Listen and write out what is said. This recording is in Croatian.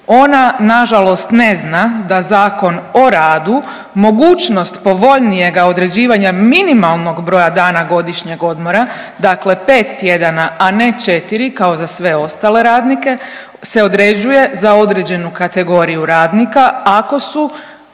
ona nažalost ne zna da ZOR mogućnost povoljnijega određivanja minimalnog broja dana godišnjeg odmora dakle 5 tjedana, a ne 4 kao za sve ostale radnike, se određuje za određenu kategoriju radnika ako su